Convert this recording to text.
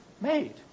made